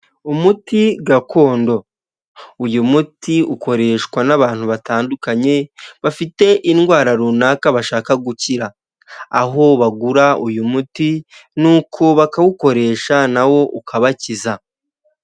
Umuti gakondo uyu muti ukoreshwa n'abantu batandukanye bafite indwara runaka bashaka gukira aho bagura uyu muti nuko bakawukoresha nawo ukabakiza.